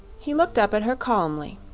he looked up at her calmly.